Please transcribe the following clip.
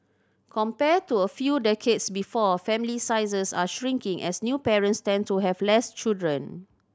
compared to a few decades before family sizes are shrinking as new parents tend to have less children